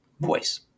voice